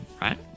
right